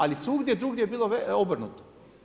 Ali svugdje drugdje je bilo obrnuto.